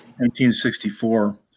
1964